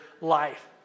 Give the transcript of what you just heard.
life